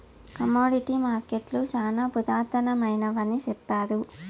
commodity మార్కెట్టులు శ్యానా పురాతనమైనవి సెప్తారు